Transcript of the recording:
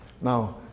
Now